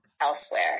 elsewhere